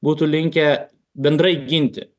būtų linkę bendrai ginti